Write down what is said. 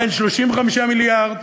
בין 35 מיליארד